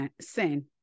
sin